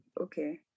Okay